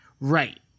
Right